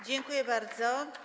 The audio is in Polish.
Dziękuję bardzo.